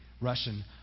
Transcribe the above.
Russian